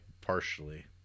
partially